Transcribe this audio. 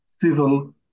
civil